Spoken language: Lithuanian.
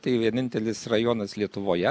tai vienintelis rajonas lietuvoje